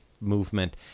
movement